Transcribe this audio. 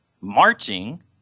marching